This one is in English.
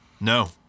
No